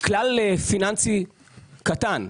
כלל פיננסי קטן,